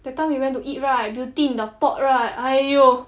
that time we went to eat right Beauty In The Pot right !aiyo!